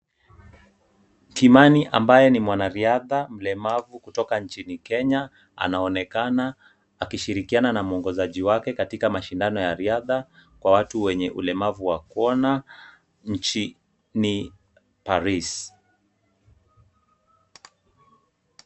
Kimani ambaye ni mwanariadha mlemavu kutoka nchini Kenya, anaonekana akishirikiana na mwongozaji wake katika mashindano ya riadha kwa watu wenye ulemavu wa kuona nchini Paris.